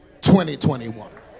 2021